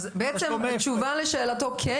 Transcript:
אז התשובה לשאלתו היא כן,